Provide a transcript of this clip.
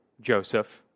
Joseph